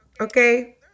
Okay